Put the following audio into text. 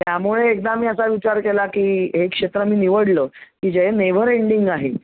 त्यामुळे एकदा मी असा विचार केला की हे क्षेत्र मी निवडलं की जे नेव्हर एंडिंग आहे